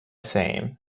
same